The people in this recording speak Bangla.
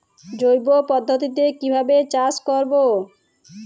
জৈব পদ্ধতিতে কিভাবে চাষ করব?